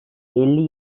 elli